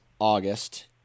August